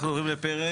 אנחנו עוברים לפרק?